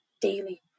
daily